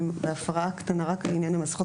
אני בהפרעה קטנה רק לעניין המסכות,